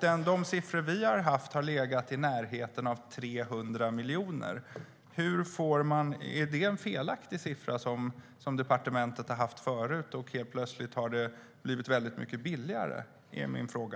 Den siffra vi haft har legat i närheten av 300 miljoner. Är det en felaktig siffra som departementet haft tidigare eller har det plötsligt blivit mycket billigare? Det är min fråga.